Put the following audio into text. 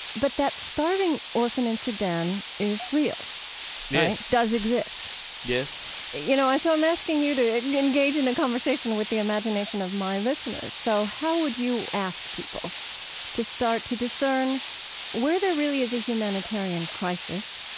but that starving orphan in sudan is real, right? yes does exist yes you know, and so i'm asking you to engage in a conversation with the imagination of my listeners. so how would you ask people to start to discern where there really is a humanitarian crisis,